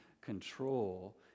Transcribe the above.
control